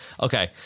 Okay